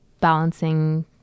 balancing